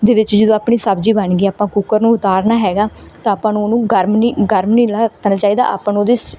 ਦੇ ਵਿੱਚ ਜਦੋਂ ਆਪਣੀ ਸਬਜ਼ੀ ਬਣ ਗਈ ਆਪਾਂ ਕੁਕਰ ਨੂੰ ਉਤਾਰਨਾ ਹੈਗਾ ਤਾਂ ਆਪਾਂ ਨੂੰ ਉਹਨੂੰ ਗਰਮ ਨਹੀਂ ਗਰਮ ਨਹੀਂ ਲੱਥਣਾ ਚਾਹੀਦਾ ਆਪਾਂ ਨੂੰ ਉਹਦੀ